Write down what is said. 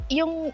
yung